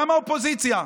גם האופוזיציה.